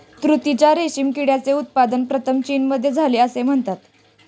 तुतीच्या रेशीम किड्याचे उत्पादन प्रथम चीनमध्ये झाले असे म्हणतात